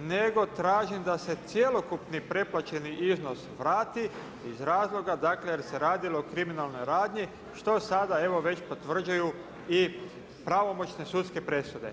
nego tražim da se cjelokupni preplaćeni iznos vrati iz razloga jer se radilo o kriminalnoj radnji što sada evo već potvrđuju i pravomoćne sudske presude.